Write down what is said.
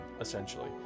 essentially